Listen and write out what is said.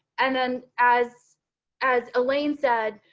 and then as as elaine said.